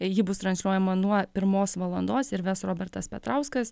ji bus transliuojama nuo pirmos valandos ir ves robertas petrauskas